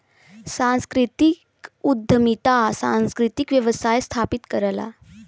सांस्कृतिक उद्यमिता सांस्कृतिक व्यवसाय स्थापित करला